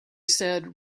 said